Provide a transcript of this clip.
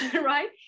right